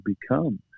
become